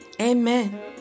Amen